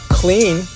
clean